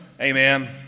Amen